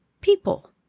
people